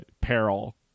peril